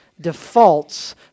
defaults